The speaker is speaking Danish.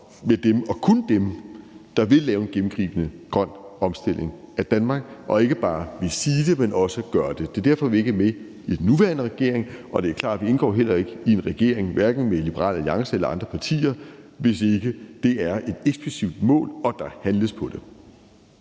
med dem – og kun med dem – der vil lave en gennemgribende grøn omstilling af Danmark, og som ikke bare vil sige det, men som også vil gøre det. Det er derfor, vi ikke er med i den nuværende regering, og det er også klart, at vi heller ikke indgår i en regering, hverken med Liberal Alliance eller andre partier, hvis det ikke er et eksplicit mål og der handles på det.